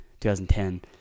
2010